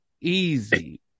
easy